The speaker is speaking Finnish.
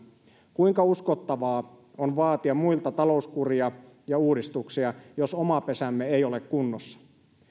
kuinka uskottavaa on vaatia muilta talouskuria ja uudistuksia jos oma pesämme ei ole kunnossa